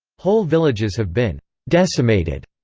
whole villages have been decimated.